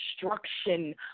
destruction